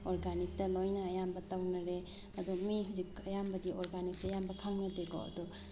ꯑꯣꯔꯒꯥꯅꯤꯛꯇ ꯂꯣꯏꯅ ꯑꯌꯥꯝꯕ ꯇꯧꯅꯔꯦ ꯑꯗꯣ ꯃꯤ ꯍꯧꯖꯤꯛ ꯑꯌꯥꯝꯕꯗꯤ ꯑꯣꯔꯒꯥꯅꯤꯛꯁꯦ ꯑꯌꯥꯝꯕ ꯈꯪꯅꯗꯦꯀꯣ ꯑꯗꯣ